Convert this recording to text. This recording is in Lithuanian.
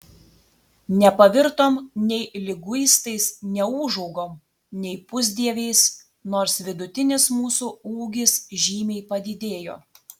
nepavirtom nei liguistais neūžaugom nei pusdieviais nors vidutinis mūsų ūgis žymiai padidėjo